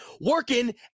working